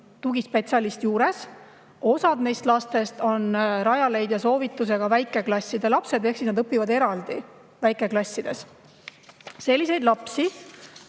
tugispetsialist juures. Osa neist lastest on Rajaleidja soovitusega väikeklasside lapsed ehk nad õpivad eraldi, väikeklassides. Selliseid lapsi